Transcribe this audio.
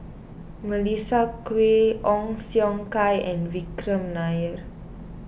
Melissa Kwee Ong Siong Kai and Vikram Nair